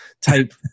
type